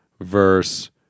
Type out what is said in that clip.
verse